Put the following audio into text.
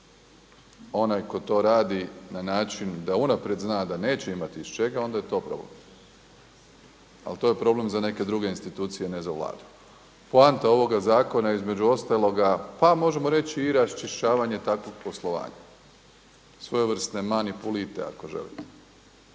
Onaj tko to radi na način da unaprijed zna da neće imati iz čega onda je to problem, ali to je problem za neke druge institucije, ne za Vladu. Poanta ovoga zakona između ostaloga pa možemo reći i raščišćavanja takvog poslovanja svojevrsne … ako želite.